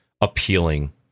appealing